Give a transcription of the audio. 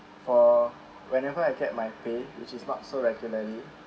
for whenever I get my pay which is much so regularly